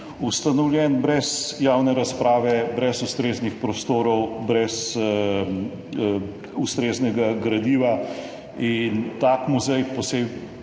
ustanovljen brez javne razprave, brez ustreznih prostorov, brez ustreznega gradiva, tak muzej, posebej